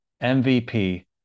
MVP